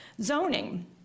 Zoning